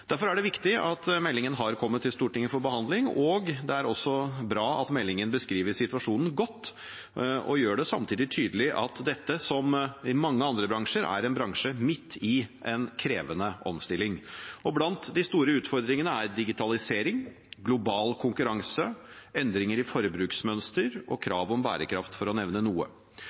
Derfor er det viktig at meldingen har kommet til Stortinget for behandling. Det er også bra at meldingen beskriver situasjonen godt, og samtidig gjør det tydelig at dette, som mange andre bransjer, er en bransje midt i en krevende omstilling. Blant de store utfordringene er digitalisering, global konkurranse, endringer i forbruksmønster og krav om bærekraft, for å nevne noe.